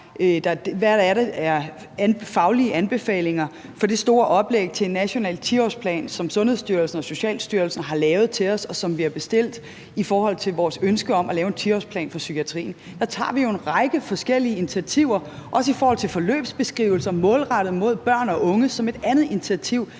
det, der er faglige anbefalinger for det store oplæg til en national 10-årsplan, som Sundhedsstyrelsen og Socialstyrelsen har lavet til os, og som vi har bestilt, i forhold til vores ønske om at lave en 10-årsplan for psykiatrien. Der tager vi jo en række forskellige initiativer, også i forhold til forløbsbeskrivelser målrettet mod børn og unge, der er et andet initiativ,